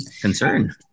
concern